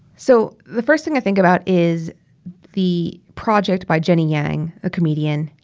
so the first thing i think about is the project by jenny yang, a comedian,